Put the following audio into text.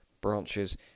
branches